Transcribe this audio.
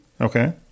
Okay